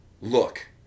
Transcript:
look